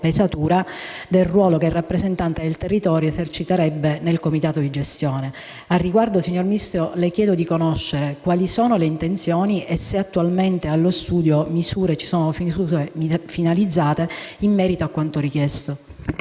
pesatura del ruolo che il rappresentante del territorio eserciterebbe nel comitato di gestione. Al riguardo, signor Ministro, le chiedo quali sono le intenzioni e se sono attualmente allo studio misure finalizzate in merito a quanto richiesto.